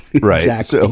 Right